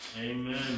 Amen